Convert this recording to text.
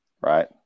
right